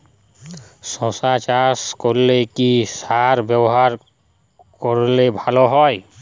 শশা চাষ করলে কি সার ব্যবহার করলে ভালো হয়?